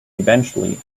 eventually